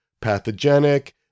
pathogenic